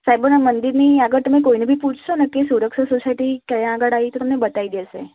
સાઈ બાબાનાં મંદિરની આગળ તમે કોઈ ને ભી પૂછશો ને કે સુરક્ષા સોસાયટી ક્યાં આગળ આવી તો તમને બતાવી દેશે